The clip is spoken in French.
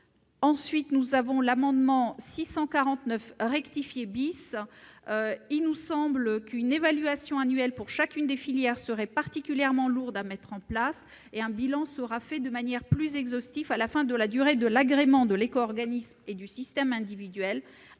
S'agissant de l'amendement n° 649 rectifié , il me semble qu'une évaluation annuelle pour chacune des filières serait particulièrement lourde à mettre en place. Un bilan sera fait de manière plus exhaustive à la fin de la durée de l'agrément de l'éco-organisme et du système individuel,